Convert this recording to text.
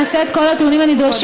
נעשה את כל התיאומים הנדרשים,